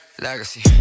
Legacy